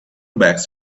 bags